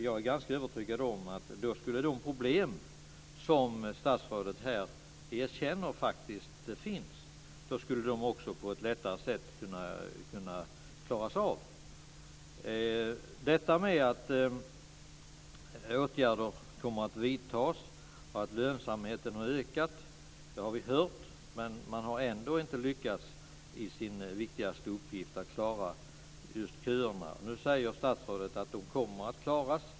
Jag är övertygad om att de problem som statsrådet här erkänner finns därmed skulle kunna klaras av på ett enklare sätt. Detta med att åtgärder kommer att vidtas och att lönsamheten har ökat har vi hört, men man har ändå inte lyckats i sin viktigaste uppgift, att klara just köerna. Nu säger statsrådet att de kommer att klaras.